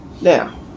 Now